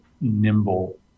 nimble